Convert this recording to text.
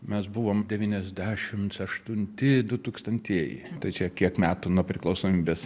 mes buvom devyniasdešimts aštunti dutūkstantieji tai čia kiek metų nuo priklausomybės